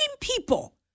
people